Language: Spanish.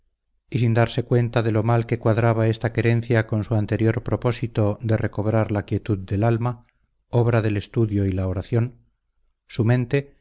y sin darse cuenta de lo mal que cuadraba esta querencia con su anterior propósito de recobrar la quietud del alma obra del estudio y la oración su mente